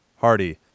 Hardy